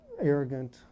arrogant